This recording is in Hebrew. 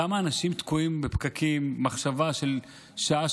כמה אנשים תקועים בפקקים מחשבה על שעה,